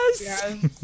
Yes